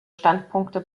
standpunkte